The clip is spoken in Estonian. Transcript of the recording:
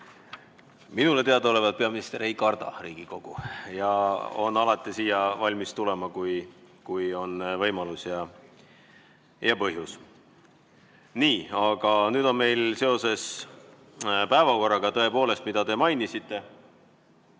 Minule teadaolevalt peaminister ei karda Riigikogu, ta on alati valmis siia tulema, kui on võimalus ja põhjus. Nii, aga nüüd on meil seoses päevakorraga, mida te mainisite,